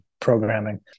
programming